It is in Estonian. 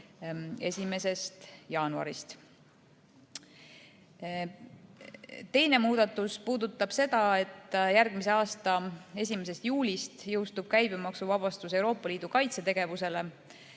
aasta 1. jaanuarist. Teine muudatus puudutab seda, et järgmise aasta 1. juulist jõustub käibemaksuvabastus Euroopa Liidu kaitsetegevuse